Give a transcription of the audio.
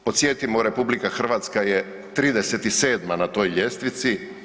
Podsjetimo, RH je 37. na toj ljestvici.